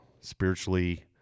spiritually